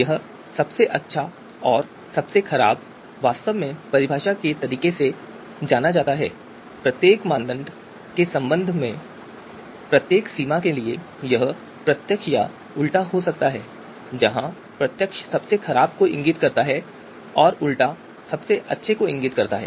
यह सबसे अच्छा और सबसे खराब वास्तव में परिभाषा के तरीके के रूप में जाना जाता है और प्रत्येक मानदंड के संबंध में प्रत्येक सीमा के लिए यह प्रत्यक्ष या उलटा हो सकता है जहां प्रत्यक्ष सबसे खराब इंगित करता है और उलटा सबसे अच्छा इंगित करता है